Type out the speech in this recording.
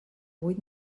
vuit